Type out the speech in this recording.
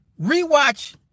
Rewatch